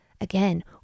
Again